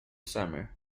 summer